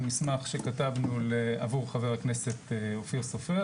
מסמך שכתבנו עבור חבר הכנסת אופיר סופר